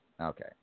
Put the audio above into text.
Okay